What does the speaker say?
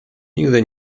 nigdy